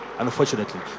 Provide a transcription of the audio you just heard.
unfortunately